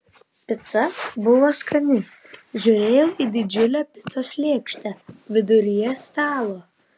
pica buvo skani žiūrėjau į didžiulę picos lėkštę viduryje stalo